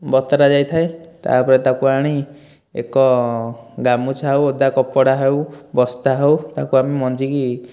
ବତୁରା ଯାଇ ଥାଏ ତାପରେ ତାକୁ ଆଣି ଏକ ଗାମୁଛା ଆଉ ଓଦା କପଡ଼ା ହେଉ ବସ୍ତା ହେଉ ତାକୁ ଆମେ ମଞ୍ଜିକୁ